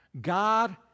God